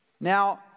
Now